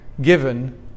given